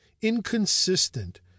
inconsistent